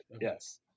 yes